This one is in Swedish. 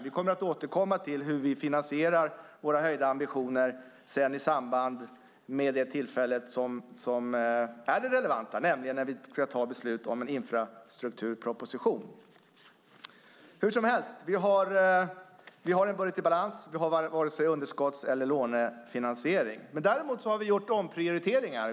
Vi återkommer till hur vi finansierar våra höjda ambitioner vid det tillfälle som är det relevanta, det vill säga när vi ska ta beslut om en infrastrukturproposition. Vi har en budget i balans. Vi har inte vare sig underskotts eller lånefinansiering. Däremot har vi gjort omprioriteringar.